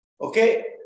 Okay